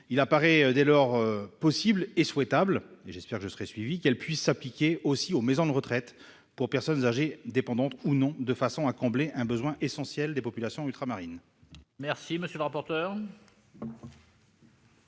Il apparaît dès lors possible, et souhaitable, et j'espère que je serai suivi, qu'elle puisse s'appliquer aussi aux maisons de retraite pour personnes âgées, dépendantes ou non, afin de combler un besoin essentiel des populations ultramarines. Quel est l'avis de